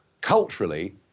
culturally